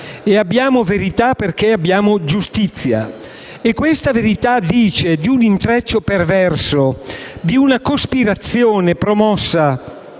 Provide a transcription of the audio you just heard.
e abbiamo verità perché abbiamo giustizia. Questa verità dice di un intreccio perverso e di una cospirazione promossa